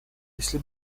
если